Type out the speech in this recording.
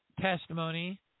testimony